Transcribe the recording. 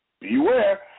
beware